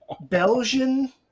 Belgian